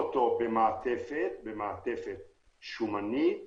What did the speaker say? במעטפת שומנית